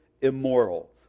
immoral